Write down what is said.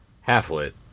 Half-lit